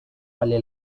early